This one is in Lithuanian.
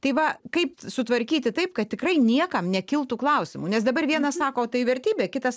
tai va kaip sutvarkyti taip kad tikrai niekam nekiltų klausimų nes dabar vienas sako tai vertybė kitas